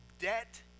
debt